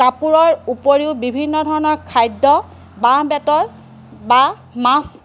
কাপোৰৰ উপৰিও বিভিন্ন ধৰণৰ খাদ্য বাঁহ বেতৰ বা মাছ